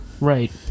Right